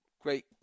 Great